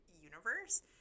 universe